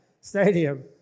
Stadium